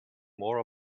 more